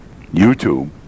YouTube